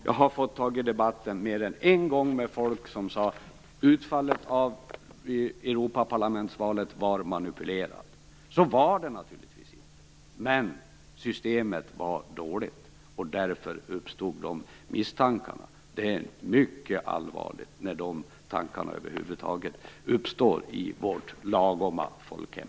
Jag har mer än en gång fått ta debatt med folk som har sagt att utfallet av Europaparlamentsvalet var manipulerat. Så var det naturligtvis inte, men systemet var dåligt. Därför uppstod dessa misstankar. Det är mycket allvarligt när sådana tankar över huvud taget uppstår i vårt "lagoma" folkhem.